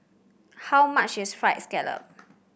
how much is fried scallop